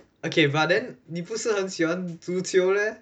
okay but then 你不是很喜欢足球 leh